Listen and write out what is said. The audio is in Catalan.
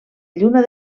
lluna